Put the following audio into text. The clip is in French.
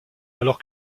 alors